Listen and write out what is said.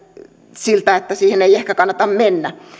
siltä että siihen ei ehkä kannata mennä että sillä perusteella kaadettaisiin